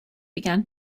began